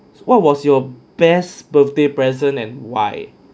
what was your best birthday present and why